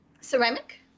ceramic